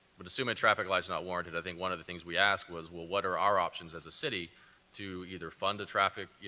but assuming a traffic light is not warranted, i think one of the things we ask is, well, what are our options as a city to either fund the traffic, you